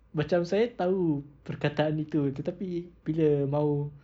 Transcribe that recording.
macam saya tahu perkataan itu tapi bila mahu